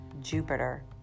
Jupiter